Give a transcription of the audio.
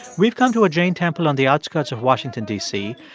we've come to a jain temple on the outskirts of washington, d c.